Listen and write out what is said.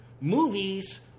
movies